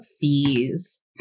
fees